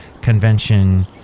convention